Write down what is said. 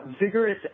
vigorous